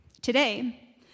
Today